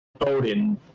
Odin